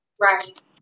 Right